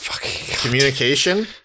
communication